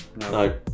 No